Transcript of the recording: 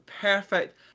perfect